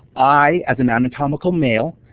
i, as an anatomical male,